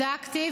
בדקתי,